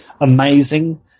amazing